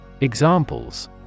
Examples